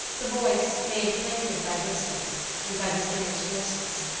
the voice, made plaintive by distance and by the singer's hoarseness,